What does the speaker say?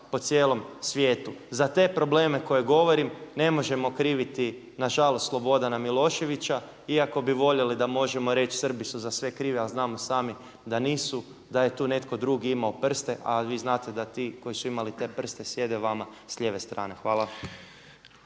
po cijelom svijetu. Za te probleme koje govorim ne možemo kriviti nažalost Slobodana Miloševića iako bismo voljeli da možemo reći Srbi su za sve krivi ali znamo sami da nisu, da je tu netko drugi imao prste a vi znate da ti koji su imali te prste sjede vama s lijeve strane. Hvala.